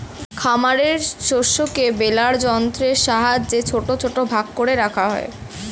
খামারের শস্যকে বেলার যন্ত্রের সাহায্যে ছোট ছোট ভাগ করে রাখা হয়